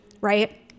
right